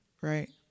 right